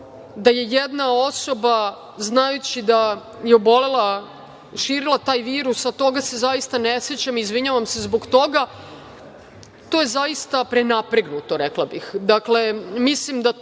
da je jedna osoba znajući da je obolela širila taj virus, toga se zaista ne sećam i izvinjavam se zbog toga, to je zaista prenapregnuto, rekla bih.